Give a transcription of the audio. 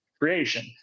creation